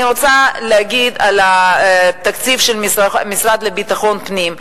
אני רוצה לדבר על התקציב של המשרד לביטחון פנים.